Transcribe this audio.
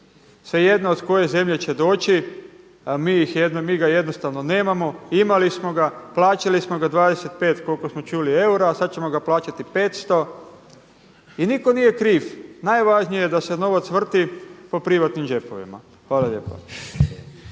Svejedno od koje zemlje će doći. Mi ga jednostavno nemamo. Imali smo ga, plaćali smo ga 25 koliko smo čuli eura, a sad ćemo ga plaćati 500 i nitko nije kriv. Najvažnije je da se novac vrti po privatnim džepovima. Hvala lijepa.